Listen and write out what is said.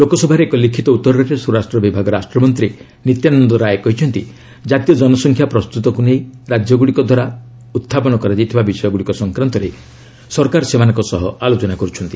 ଲୋକସଭାରେ ଏକ ଲିଖିତ ଉତ୍ତରରେ ସ୍ୱରାଷ୍ଟ୍ର ବିଭାଗ ରାଷ୍ଟ୍ରମନ୍ତ୍ରୀ ନିତ୍ୟାନନ୍ଦ ରାୟ କହିଛନ୍ତି କାତୀୟ ଜନସଂଖ୍ୟା ପ୍ରସ୍ତୁତକୁ ନେଇ ରାଜ୍ୟଗୁଡ଼ିକ ଦ୍ୱାରା ଉହ୍ଚାପନ କରାଯାଇଥିବା ବିଷୟଗୁଡ଼ିକ ସଂକ୍ରାନ୍ତରେ ସରକାର ସେମାନଙ୍କ ସହ ଆଲୋଚନା କରୁଛନ୍ତି